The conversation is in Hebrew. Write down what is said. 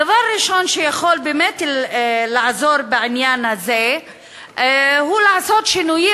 דבר ראשון שיכול באמת לעזור בעניין הזה הוא לעשות שינויים